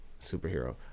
Superhero